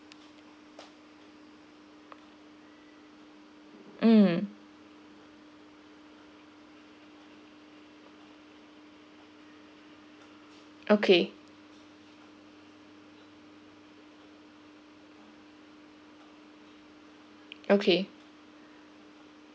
hmm okay okay